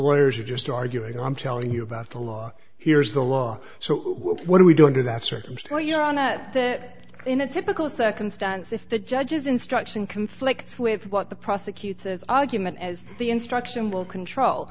lawyers are just arguing i'm telling you about the law here is the law so what are we doing to that circumstance you're on to that in a typical circumstance if the judges instruction conflicts with what the prosecutor says argument as the instruction will control